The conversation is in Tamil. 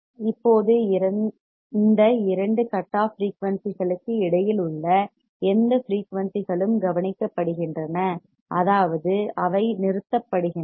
இப்போது இந்த இரண்டு கட் ஆஃப் ஃபிரீயூன்சிகளுக்கு இடையில் உள்ள எந்த ஃபிரீயூன்சிகளும் கவனிக்கப்படுகின்றன அதாவது அவை நிறுத்தப்படுகின்றன